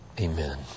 Amen